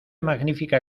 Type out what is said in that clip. magnífica